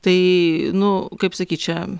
tai nu kaip sakyt čia